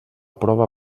prova